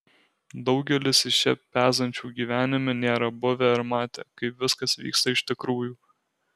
daugelis iš čia pezančių gyvenime nėra buvę ir matę kaip viskas vyksta iš tikrųjų